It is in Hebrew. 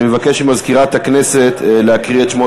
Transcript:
אני מבקש ממזכירת הכנסת להקריא את שמות